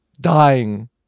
dying